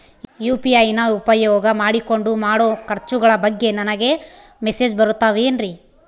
UPI ನ ಉಪಯೋಗ ಮಾಡಿಕೊಂಡು ಮಾಡೋ ಖರ್ಚುಗಳ ಬಗ್ಗೆ ನನಗೆ ಮೆಸೇಜ್ ಬರುತ್ತಾವೇನ್ರಿ?